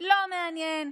לא מעניין,